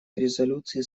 резолюции